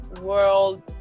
world